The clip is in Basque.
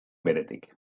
beretik